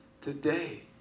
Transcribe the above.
Today